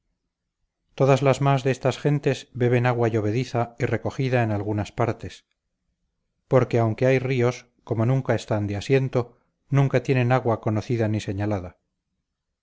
todas las más de estas gentes beben agua llovediza y recogida en algunas partes porque aunque hay ríos como nunca están de asiento nunca tienen agua conocida ni señalada